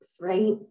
right